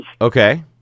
Okay